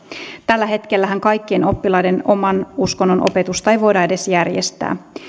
tällä hetkellähän kaikkien oppilaiden oman uskonnon opetusta ei voida edes järjestää